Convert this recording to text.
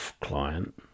client